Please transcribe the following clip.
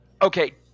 Okay